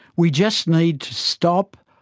we just need to stop,